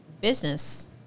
business